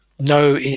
no